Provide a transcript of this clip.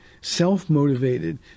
self-motivated